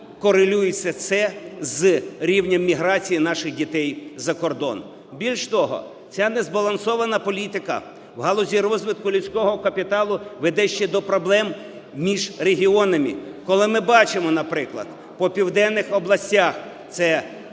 корелюється це з рівнем міграції наших дітей за кордон. Більш того, ця незбалансована політика в галузі розвитку людського капіталу веде ще до проблем між регіонами, коли ми бачимо, наприклад, по південних областях – це